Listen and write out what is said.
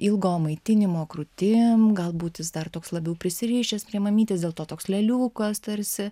ilgo maitinimo krūtim galbūt jis dar toks labiau prisirišęs prie mamytės dėl to toks lėliukas tarsi